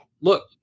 look